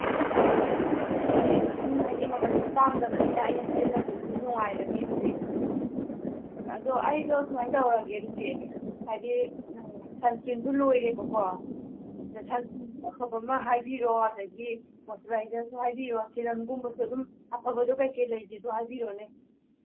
ꯑꯣ ꯑꯗꯨꯗꯤ ꯑꯗꯨꯝ ꯍꯥꯏꯗꯤ ꯃꯃꯟꯁꯨ ꯇꯥꯡꯗꯕꯅꯤꯅ ꯑꯩꯅ ꯁꯤꯖꯤꯟꯅꯕꯗꯁꯨ ꯑꯗꯨꯝ ꯅꯨꯡꯉꯥꯏꯔꯅꯤ ꯑꯗꯨꯗꯤ ꯑꯗꯨ ꯑꯩꯗꯣ ꯁꯨꯃꯥꯏꯅ ꯇꯧꯔꯒꯦ ꯑꯗꯨꯗꯤ ꯍꯥꯏꯗꯤ ꯁꯟꯏꯁꯀ꯭ꯔꯤꯟꯁꯨ ꯂꯣꯏꯔꯦꯕꯀꯣ ꯑꯗꯨ ꯁꯟꯏꯁꯀ꯭ꯔꯤꯟꯁꯨ ꯑꯐꯕ ꯑꯃ ꯍꯥꯏꯕꯤꯔꯣ ꯑꯗꯒꯤ ꯃꯣꯏꯆꯔꯥꯏꯖꯔꯁꯨ ꯍꯥꯏꯕꯤꯌꯣ ꯁꯤꯔꯝꯒꯨꯝꯕꯁꯨ ꯑꯗꯨꯝ ꯑꯐꯕꯗꯨ ꯀꯩꯀꯩ ꯂꯩꯒꯦꯗꯨ ꯍꯥꯏꯕꯤꯌꯨꯅꯦ